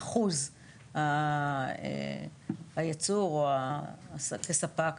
אחוז הייצור או כספק,